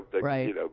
Right